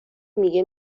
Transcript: میگه